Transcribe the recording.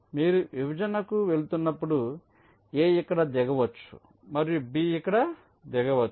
మీరు విభజనకు వెళుతున్నప్పుడు A ఇక్కడ దిగవచ్చు మరియు B అక్కడ దిగవచ్చు